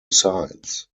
sides